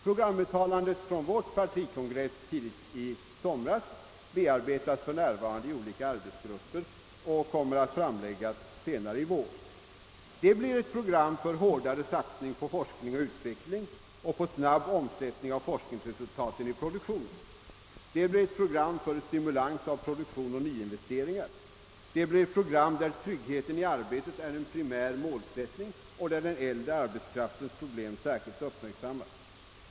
Programuttalandet från vår kongress bearbetas för närvarande i olika arbetsgrupper och kommer att framläggas se nare i vår. Det blir ett program för hårdare satsning på forskning och utveckling och på en snabb omsättning av forskningsresultaten i produktionen. Det blir ett program för stimulans av produktion och nyinvesteringar, det blir ett program där tryggheten i arbetet är en primär målsättning och där den äldre arbetskraftens problem särskilt uppmärksammas.